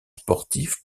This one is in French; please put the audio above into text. sportifs